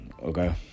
Okay